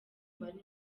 barimo